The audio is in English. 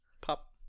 Pop